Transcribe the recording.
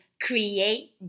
create